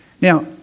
Now